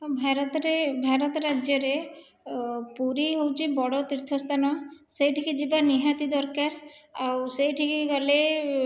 ଭାରତରେ ଭାରତ ରାଜ୍ୟରେ ପୁରୀ ହେଉଛି ବଡ଼ ତୀର୍ଥସ୍ଥାନ ସେଇଠିକି ଯିବା ନିହାତି ଦରକାର ଆଉ ସେଇଠିକି ଗଲେ